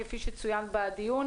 כפי שצוין בדיון.